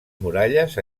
muralles